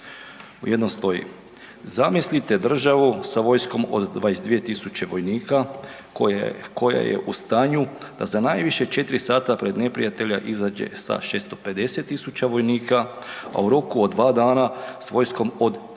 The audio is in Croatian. U jednom stoji „Zamislite sa vojskom od 22.000 vojnika koja je u stanju za najviše četiri sata pred neprijatelja izađe sa 650.000, a u roku od dva dana s vojskom od milijun